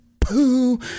Pooh